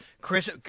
Chris